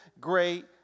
great